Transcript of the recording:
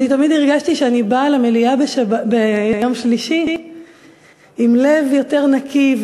אני תמיד הרגשתי שאני באה למליאה ביום שלישי עם לב יותר נקי.